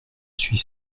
suis